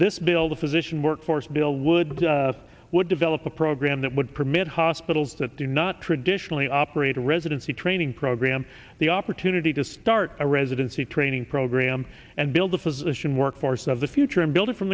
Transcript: this bill the physician workforce bill would would develop a program that would permit hospitals that do not traditionally operate a residency training program the opportunity to start a residency training program and build a physician workforce of the future and build it from